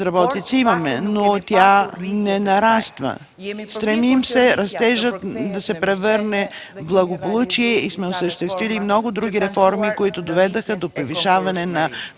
но тя не нараства. Стремим се растежът да се превърне в благополучие и сме осъществили много други реформи, които доведоха до повишаване на